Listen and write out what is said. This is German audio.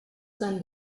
seinen